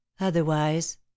otherwise